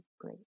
great